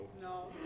No